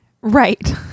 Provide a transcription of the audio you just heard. right